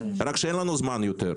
רק שאין לנו זמן יותר.